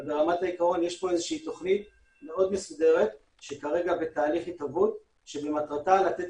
אבל ברמת העיקרון יש פה תוכנית מסודרת שכרגע בתהליך התהוות שמטרתה לתת